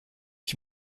ich